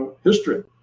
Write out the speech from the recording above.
history